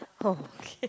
oh okay